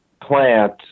plant